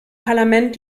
parlament